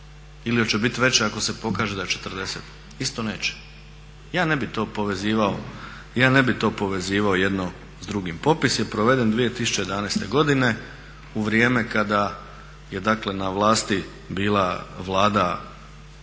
ili da će biti veće ako se pokaže da je 40? Isto neće. Ja ne bi to povezivao jedno s drugim. Popis je proveden 2011.godine u vrijeme kada je na vlasti bila na vlada